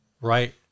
Right